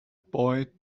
boy